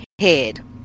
head